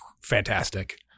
fantastic